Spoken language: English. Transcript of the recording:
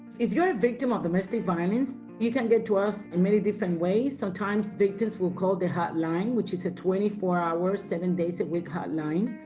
if you are a victim of domestic violence, you can get to us in many different ways. sometimes victims will call the hotline, which is a twenty four hours, seven days a week hotline.